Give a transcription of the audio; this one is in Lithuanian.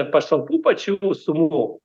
pašalpų pačių sumų